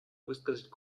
высказать